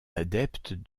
adeptes